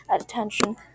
attention